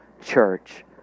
church